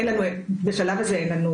אין לנו בשלב הזה תגרום.